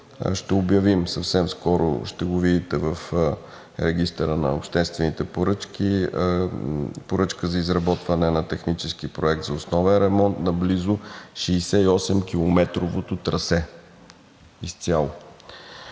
ще обявим съвсем скоро, ще го видите в Регистъра на обществените поръчки, поръчка за изработване на технически проект за основен ремонт на близо 68-километровото трасе изцяло.